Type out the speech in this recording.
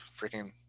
freaking